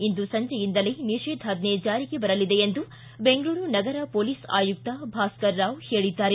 ಇಂದು ಸಂಜೆಯಿಂದಲೇ ನಿಷೇಧಾಜ್ವೆ ಜಾರಿಗೆ ಬರಲಿದೆ ಎಂದು ಬೆಂಗಳೂರು ನಗರ ಪೊಲೀಸ್ ಆಯುಕ್ತ ಭಾಸ್ಕರ್ ರಾವ್ ಹೇಳಿದ್ದಾರೆ